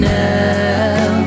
now